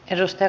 kiitoksia